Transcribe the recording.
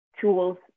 tools